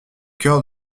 cœur